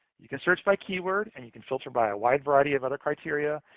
you can search by keyword, and you can filter by a wide variety of other criteria,